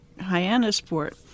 Hyannisport